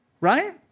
Right